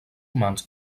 humans